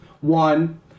One